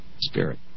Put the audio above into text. Spirit